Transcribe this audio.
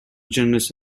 generous